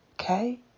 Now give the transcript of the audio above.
Okay